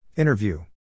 Interview